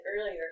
earlier